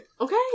Okay